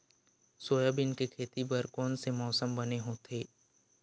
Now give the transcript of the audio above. Soybean के खेती बर कोन से मौसम बने होथे?